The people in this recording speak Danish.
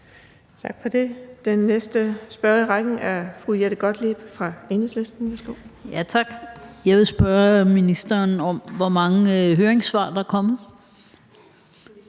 Tak for det. Den næste spørger i rækken er fru Jette Gottlieb fra Enhedslisten. Værsgo. Kl. 19:46 Jette Gottlieb (EL): Tak. Jeg vil spørge ministeren om, hvor mange høringssvar der er kommet.